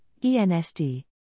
ENSD